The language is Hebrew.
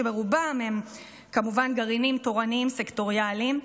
שברובם הם כמובן גרעינים תורניים סקטוריאליים,